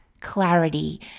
clarity